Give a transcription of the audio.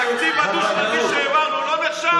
התקציב הדו-שנתי שהעברנו לא נחשב?